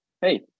hey